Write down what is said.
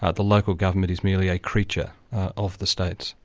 ah the local government is merely a creature of the states.